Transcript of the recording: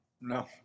No